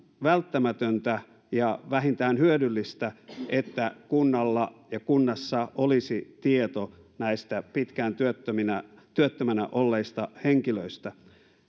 välttämätöntä ja vähintään hyödyllistä että kunnalla ja kunnassa olisi tieto näistä pitkään työttömänä työttömänä olleista henkilöistä